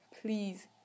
please